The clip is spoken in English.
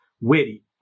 witty